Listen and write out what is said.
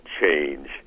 change